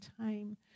time